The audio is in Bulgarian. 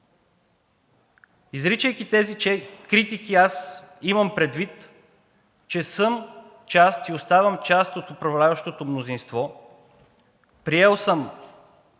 Изричайки тези критики, аз имам предвид, че съм част и оставам част от управляващото мнозинство, приел съм